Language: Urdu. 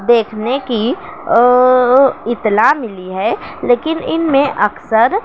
دیکھنے کی اطلاع ملی ہے لیکن ان میں اکثر